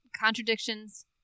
contradictions